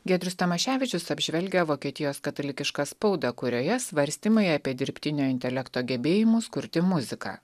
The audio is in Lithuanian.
giedrius tamaševičius apžvelgia vokietijos katalikišką spaudą kurioje svarstymai apie dirbtinio intelekto gebėjimus kurti muziką